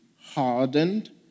hardened